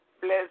Bless